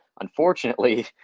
Unfortunately